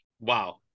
Wow